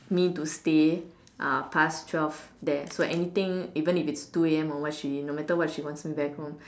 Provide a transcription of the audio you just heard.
me to stay uh past twelve there so anything even if it's two A M or what she no matter what she wants me back home